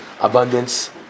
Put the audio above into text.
abundance